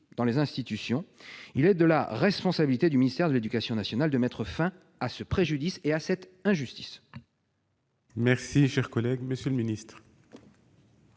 dans les institutions, il est de la responsabilité du ministère de l'éducation nationale de mettre fin à ce préjudice et à cette injustice. La parole est à M. le secrétaire